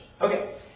Okay